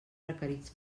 requerits